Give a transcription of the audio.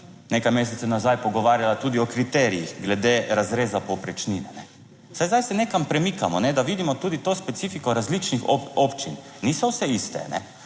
nekaj mesecev nazaj pogovarjala tudi o kriterijih glede razreza povprečnine. Saj zdaj se nekam premikamo, ne da vidimo tudi to specifiko različnih občin, niso vse iste.